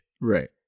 Right